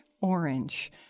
orange